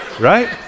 right